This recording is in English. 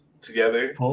together